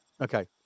Okay